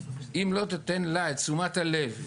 אם לא תתן לה את תשומת הלב,